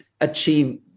achieve